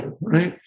right